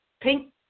pink